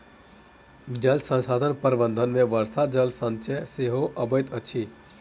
जल संसाधन प्रबंधन मे वर्षा जल संचयन सेहो अबैत अछि